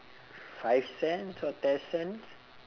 five cents or ten cents